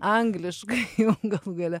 angliškai jau galų gale